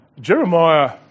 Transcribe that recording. Jeremiah